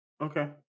Okay